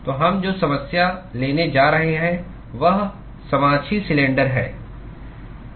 तो हम जो समस्या लेने जा रहे हैं वह समाक्षीय सिलेंडर है